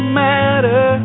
matter